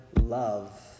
love